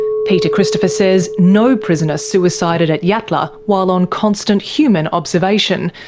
peter christopher says no prisoner suicided at yatala while on constant human observation,